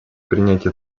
принятие